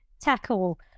tackle